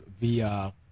via